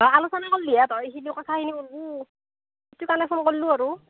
আলোচনা কৰিলেহে তই কিনো কথাখিনি ক'লো এইটো কাৰণে ফোন কৰিলোঁ আৰু